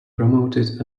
promoted